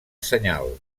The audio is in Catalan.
senyal